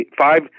five